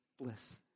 Bliss